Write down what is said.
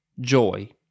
joy